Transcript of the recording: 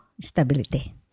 stability